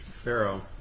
Pharaoh